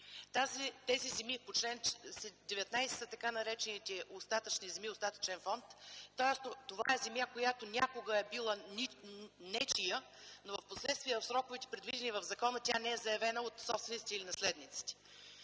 тези земи по чл. 19 са така наречените остатъчни земи, остатъчен фонд. Тоест това е земя, която някога е била нечия, но впоследствие в сроковете, предвидени в закона, тя не е заявена от собственици или наследници.